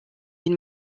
une